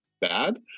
bad